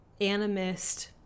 animist